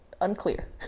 unclear